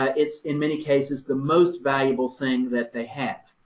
ah it's, in many cases, the most valuable thing that they have.